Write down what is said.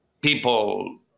people